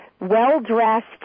well-dressed